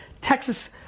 Texas